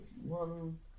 one